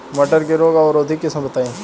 मटर के रोग अवरोधी किस्म बताई?